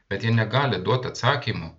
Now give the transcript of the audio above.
bet jie negali duot atsakymų